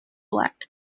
elect